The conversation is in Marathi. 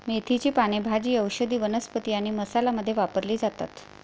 मेथीची पाने भाजी, औषधी वनस्पती आणि मसाला मध्ये वापरली जातात